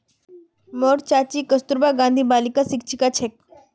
मोर चाची कस्तूरबा गांधी बालिकात शिक्षिका छेक